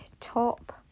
top